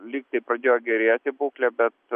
lyg tai pradėjo gerėti būklė bet